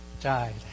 died